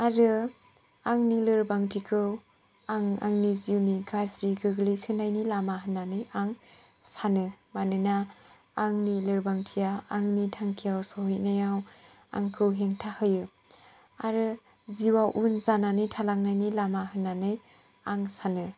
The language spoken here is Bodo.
आरो आंनि लोरबांथिखौ आं आंनि जिउनि गाज्रि गोग्लैसोनायनि लामा होननानै आं सानो मानोना आंनि लोरबांथिया आंनि थांखियाव सहैनायाव आंखौ हेंथा होयो आरो जिउ आव उन जानानै थालांनायनि लामा होननानै आं सानो